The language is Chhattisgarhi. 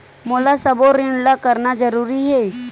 मोला सबो ऋण ला करना जरूरी हे?